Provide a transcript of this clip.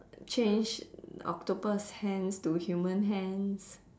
change octopus hands to human hands